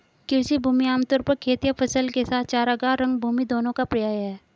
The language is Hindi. कृषि भूमि आम तौर पर खेत या फसल के साथ चरागाह, रंगभूमि दोनों का पर्याय है